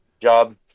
job